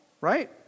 right